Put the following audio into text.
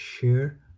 share